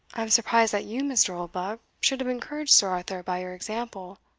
i am surprised that you, mr. oldbuck, should have encouraged sir arthur by your example.